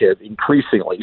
increasingly